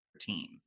team